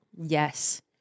Yes